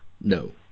No